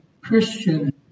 Christian